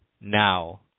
now